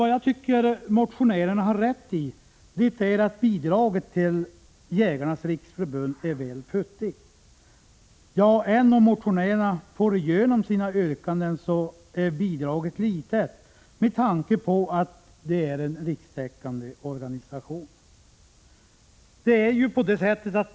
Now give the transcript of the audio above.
Vad jag tycker motionärerna har rätt i är att bidraget till Jägarnas riksförbund är väl futtigt. Ja, även om motionärerna får igenom sina yrkanden är bidraget litet, med tanke på att det är en rikstäckande organisation.